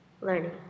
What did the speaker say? learning